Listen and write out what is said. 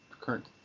current